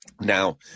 Now